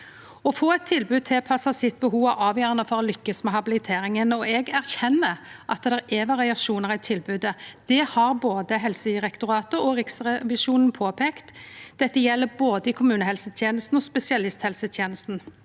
Å få eit tilbod tilpassa behovet sitt er avgjerande for å lykkast med habiliteringa, og eg erkjenner at det er variasjonar i tilbodet. Det har både Helsedirektoratet og Riksrevisjonen påpeikt. Dette gjeld både i kommunehelsetenesta og i spesialisthelsetenesta.